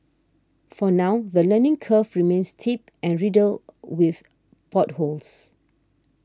for now the learning curve remains steep and riddled with potholes